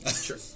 Sure